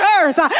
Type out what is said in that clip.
earth